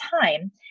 time